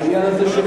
העניין הזה,